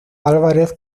álvarez